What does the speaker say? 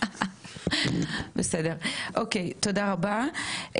בסדר אוקי תודה רבה.